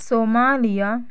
Somalia